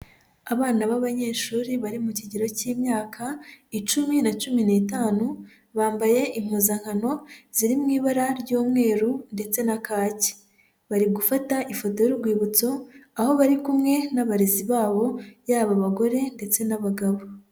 Abana b'abanyeshuri bari mu kigero k'imyaka icumi na cumi n'itanu bambaye impuzankano ziri mu ibara ry'umweru ndetse na kaki, bari gufata ifoto y'urwibutso aho bari kumwe n'abarezi babo yaba abagore ndetse n'abagabo.